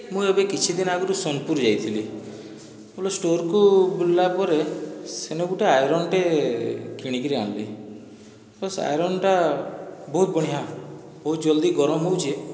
ମୁଇଁ ଏବେ କିଛିଦିନ ଆଗରୁ ସୋନପୁର ଯାଇଥିଲି ଗୋଟିଏ ଷ୍ଟୋରକୁ ବୁଲିଲା ପରେ ସେନେ ଗୋଟିଏ ଆଇରନ୍ଟେ କିଣିକିରି ଆଣିଲି ସେ ଆଇରନ୍ଟା ବହୁତ ବଢ଼ିଆ ବହୁତ ଜଲ୍ଦି ଗରମ ହେଉଛି